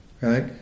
right